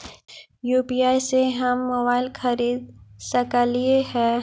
UPI से हम mobile खरिद सकलिऐ है